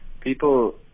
people